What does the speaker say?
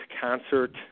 concert